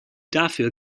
dafür